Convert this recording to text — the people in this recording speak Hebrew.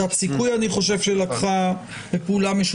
גם עבודה של עמותת סיכוי,